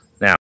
Now